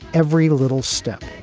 every little step